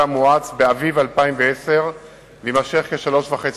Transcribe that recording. מואץ באביב 2010 ויימשך כשלוש שנים וחצי.